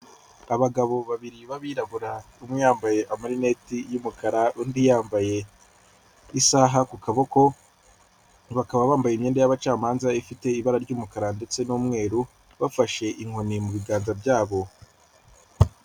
Abagabo babiri b'abirabura, umwe yambaye amalineti y'umukara undi yambaye isaha ku kaboko, bakaba bambaye imyenda y'abacamanza ifite ibara ry'umukara ndetse n'umweru, bafashe inkoni mu biganza byabo.